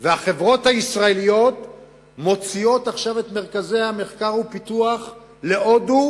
והחברות הישראליות מוציאות עכשיו את מרכזי המחקר והפיתוח להודו,